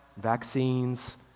vaccines